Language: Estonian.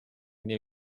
new